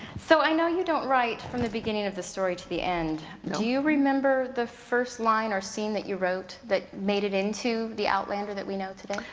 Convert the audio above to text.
so i know you don't write from the beginning of the story to the end. do you remember the first line or scene that you wrote, that made it into the outlander that we know today?